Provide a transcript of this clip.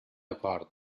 acord